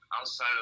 Outside